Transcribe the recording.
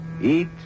Eat